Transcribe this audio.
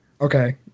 Okay